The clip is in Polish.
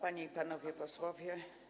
Panie i Panowie Posłowie!